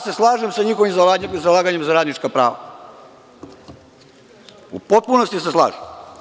Slažem se sa njihovim zalaganjem za radnička prava, u potpunosti se slažem.